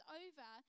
over